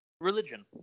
religion